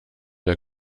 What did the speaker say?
der